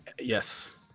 Yes